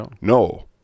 no